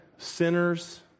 sinners